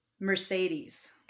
Mercedes